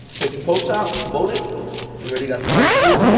take the pokes out, load it. we already got the prices on